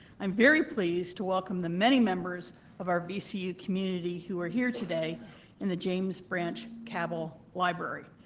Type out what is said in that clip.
i'm very pleased to welcome the many members of our vcu community who are here today in the james branch cabell library,